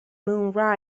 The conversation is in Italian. moon